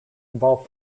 involve